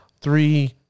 three